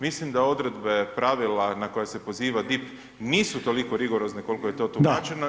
Mislim da odredbe pravila na koje se poziva DIP nisu toliko rigorozne koliko je to tumačeno